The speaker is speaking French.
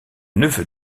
neveu